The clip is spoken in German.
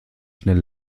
schnell